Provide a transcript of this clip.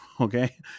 okay